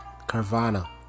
Carvana